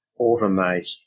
automate